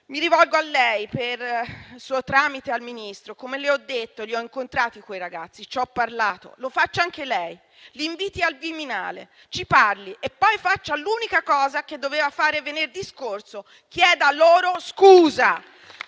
mi rivolgo a lei e, per suo tramite, al Ministro. Come le ho detto, li ho incontrati quei ragazzi e ci ho parlato. Lo faccia anche lei, li inviti al Viminale, ci parli e poi faccia l'unica cosa che doveva fare venerdì scorso: chieda loro scusa.